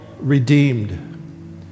redeemed